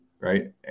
Right